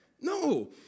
no